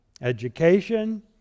education